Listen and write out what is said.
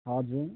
हजुर